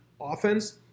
offense